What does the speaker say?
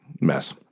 mess